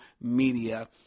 media